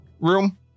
room